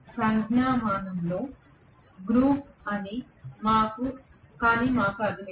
సంజ్ఞామానం లో goof up కానీ మాకు లేదు